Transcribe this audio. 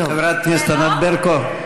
חברת הכנסת ענת ברקו.